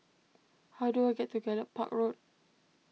how do I get to Gallop Park Road